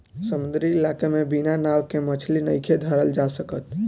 समुंद्री इलाका में बिना नाव के मछली नइखे धरल जा सकत